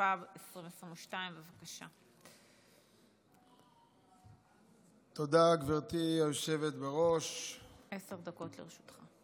התשפ"ג 2022. בבקשה, עשר דקות לרשותך.